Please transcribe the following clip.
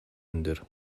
өндөр